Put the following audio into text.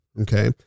Okay